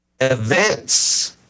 events